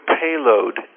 payload